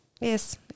Yes